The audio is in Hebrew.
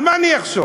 על מה אני אחשוב?